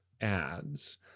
ads